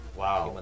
wow